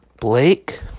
Blake